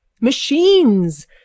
machines